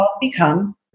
Become